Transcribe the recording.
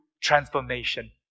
transformation